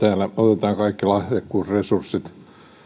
täällä otetaan kaikki lahjakkuusresurssit